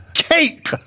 cake